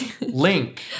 Link